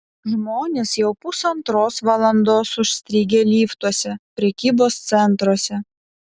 žmonės jau pusantros valandos užstrigę liftuose prekybos centruose